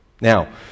Now